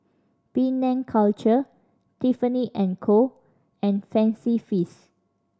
Penang Culture Tiffany and Co and Fancy Feast